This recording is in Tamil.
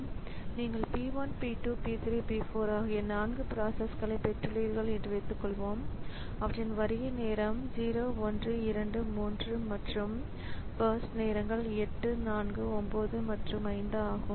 நீங்கள் P 1 P 2 P 3 P 4 ஆகிய நான்கு பிராசஸ்களைப் பெற்றுள்ளீர்கள் என்று வைத்துக்கொள்வோம் அவற்றின் வருகை நேரம் 0 1 2 3 மற்றும் பர்ஸ்ட் நேரங்கள் 8 4 9 மற்றும் 5 ஆகும்